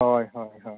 ᱦᱳᱭ ᱦᱳᱭ ᱦᱳᱭ